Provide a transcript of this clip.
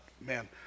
man